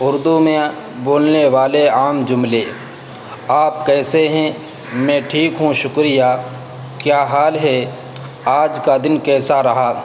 اردو میں بولنے والے عام جملے آپ کیسے ہیں میں ٹھیک ہوں شکریہ کیا حال ہے آج کا دن کیسا رہا